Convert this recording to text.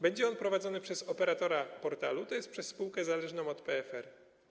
Będzie on prowadzony przez operatora portalu, tj. przez spółkę zależną od PFR.